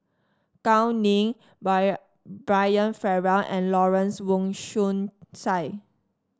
Gao Ning Brian Farrell and Lawrence Wong Shyun Tsai